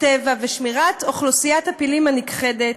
הטבע ושמירת אוכלוסיית הפילים הנכחדת.